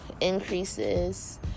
increases